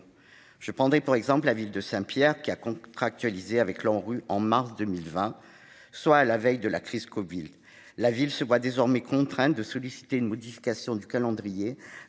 des surcoûts. Ainsi, la ville de Saint-Pierre a contractualisé avec l'Anru en mars 2020, soit à la veille de la crise du covid-19. La ville se voit désormais contrainte de solliciter une modification du calendrier